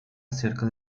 cerca